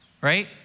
Right